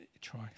try